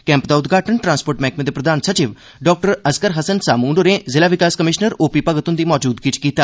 camp दा उद्घाटन transport मैह्कमे दे प्रधान सचिव डाक्टर असगर हस्सन सामून होरे जिला विकास कमिशनर ओ पी भगत हुंदी मौजूदगी च कीता